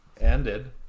ended